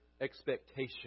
expectation